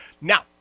now